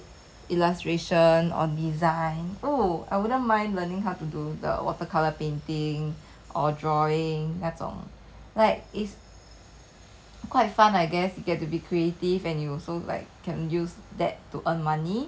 maybe 学会 how to do photoshop like you know do illustration or design oh I wouldn't mind learning how to do the watercolour painting or drawing 那种 like it's